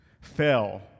fell